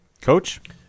Coach